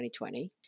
2020